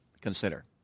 consider